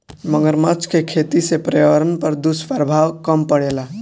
मगरमच्छ के खेती से पर्यावरण पर दुष्प्रभाव कम पड़ेला